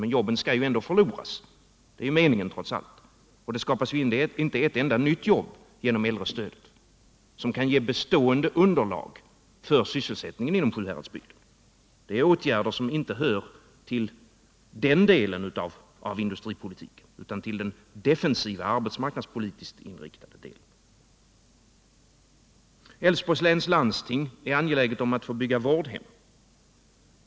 Men de skall ändå förloras, det är trots allt meningen, och det skapas inte ett enda nytt jobb genom äldrestödet, som kan ge bestående underlag för sysselsättningen inom Sjuhäradsbygden. Det är åtgärder som inte hör till den delen av industripolitiken, utan till den defensiva arbetsmarknadspolitiskt inriktade delen. Älvsborgs läns landsting är angeläget om att få bygga vårdhem.